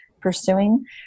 pursuing